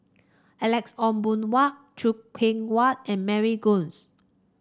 Alex Ong Boon Hau Choo Keng Kwang and Mary Gomes